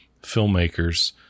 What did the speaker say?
filmmakers